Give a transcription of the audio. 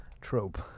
trope